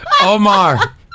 Omar